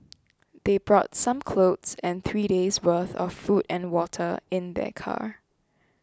they brought some clothes and three days worth of food and water in their car